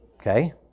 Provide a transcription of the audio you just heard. Okay